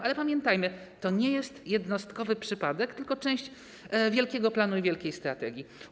Ale pamiętajmy, to nie jest jednostkowy przypadek, tylko część wielkiego planu i wielkiej strategii.